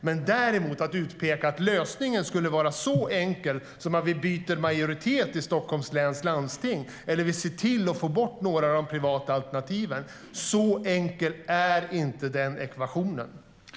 Men om man pekar på att lösningen skulle vara så enkel som att bara byta majoritet i Stockholms läns landsting eller att se till att få bort några av de privata alternativen, kan jag säga att den ekvationen inte är så enkel.